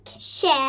share